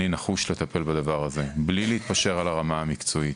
אני נחוש לטפל בדבר הזה בלי להתפשר על הרמה המקצועית.